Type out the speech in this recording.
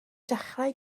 dechrau